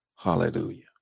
hallelujah